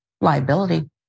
Liability